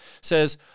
says